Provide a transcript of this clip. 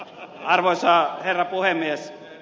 arvoisa herra puhemies